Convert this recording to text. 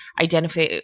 identify